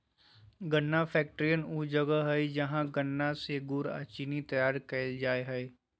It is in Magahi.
गन्ना फैक्ट्रियान ऊ जगह हइ जहां गन्ना से गुड़ अ चीनी तैयार कईल जा हइ